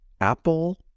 Apple